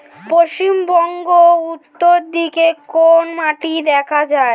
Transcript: পশ্চিমবঙ্গ উত্তর দিকে কোন মাটি দেখা যায়?